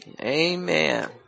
Amen